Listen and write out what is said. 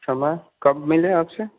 छमा कब मिलें आपसे